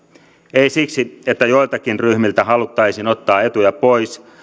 ei siksi että joiltakin ryhmiltä haluttaisiin ottaa etuja pois